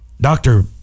doctor